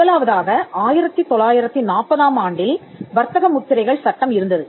முதலாவதாக 1940 ஆம் ஆண்டில் வர்த்தக முத்திரைகள் சட்டம் இருந்தது